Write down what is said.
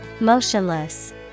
motionless